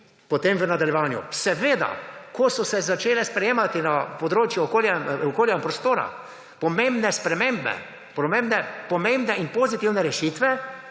potem v nadaljevanju? Seveda, ko so se začele sprejemati na področju okolja in prostora pomembne spremembe, pomembne in pozitivne rešitve,